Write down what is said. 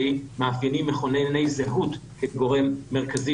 והיא מאפיינים מכונני זהות כגורם מרכזי